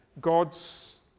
God's